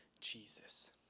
Jesus